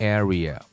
area